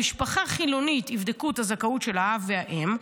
במשפחה חילונית יבדקו את הזכאות של האב והאם,